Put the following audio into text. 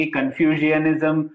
Confucianism